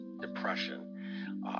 depression